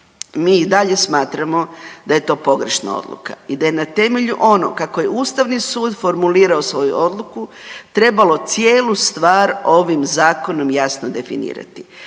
mi i dalje smatramo da je to pogrešna odluka i da je na temelju onog kako je ustavni sud formulirao svoju odluku trebalo cijelu stvar ovim zakonom jasno definirati